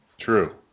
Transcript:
True